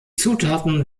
zutaten